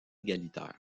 égalitaire